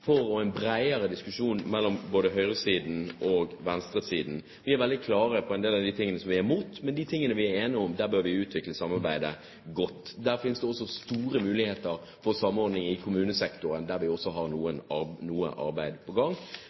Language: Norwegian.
bredere diskusjon mellom både høyresiden og venstresiden. Vi er veldig klare på en del av de tingene som vi er imot, men når det gjelder de tingene vi er enige om, bør vi utvikle samarbeidet godt. Det finnes også store muligheter for samordning i kommunesektoren, der vi også har noe arbeid på gang.